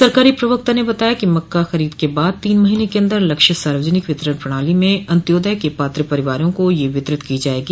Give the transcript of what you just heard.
सरकारी प्रवक्ता ने बताया है कि मक्का खरीद के बाद तीन महीने के अन्दर लक्षित सार्वजनिक वितरण प्रणाली में अन्त्योदय के पात्र परिवारों को यह वितरित की जायगी